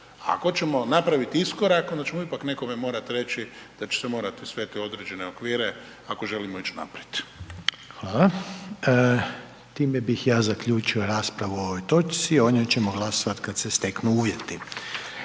Ako ćemo napraviti iskorak, onda ćemo ipak nekome morati reći da će se morati sve te određene okvire ako želimo ići naprijed. **Reiner, Željko (HDZ)** Hvala. Time bih ja zaključio raspravu o ovoj točci, a o njoj ćemo glasovati kad se steknu uvjeti.